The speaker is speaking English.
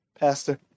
Pastor